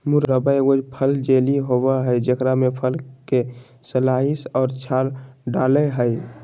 मुरब्बा एगो फल जेली होबय हइ जेकरा में फल के स्लाइस और छाल डालय हइ